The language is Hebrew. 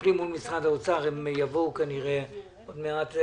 מטפלים מול משרד האוצר, הם יבואו כנראה עוד מעט.